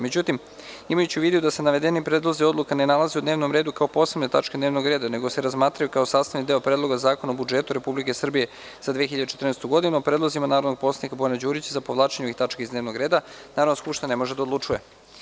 Međutim, imajući u vidu da se navedeni predlozi odluka ne nalaze u dnevnom redu kaoposebne tačke dnevnog reda, nego se razmatraju kao sastavni deo Predloga zakona o budžetu Republike Srbije za 2014. godinu, o predlozima narodnog poslanika Bojana Đurića za povlačenje ovih tačaka iz dnevnog reda Narodna skupština ne može odlučivati.